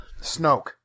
Snoke